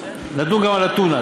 נדון גם בטונה.